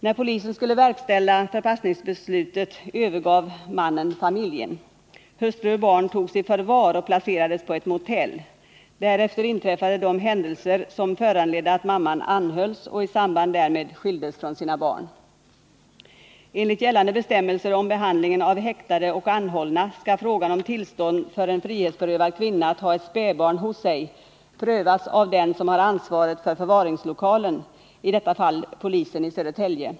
När polisen skulle verkställa förpassningsbeslutet övergav mannen familjen. Hustru och barn togs i förvar och placerades på ett motell. Därefter inträffade de händelser som föranledde att mamman anhölls och i samband därmed skildes från sina barn. Enligt gällande bestämmelser om behandlingen av häktade och anhållna skall frågan om tillstånd för en frihetsberövad kvinna att ha ett spädbarn hos sig prövas av den som har ansvaret för förvaringslokalen —i detta fall polisen i Södertälje.